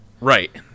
Right